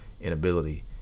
inability